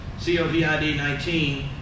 COVID-19